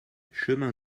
chemin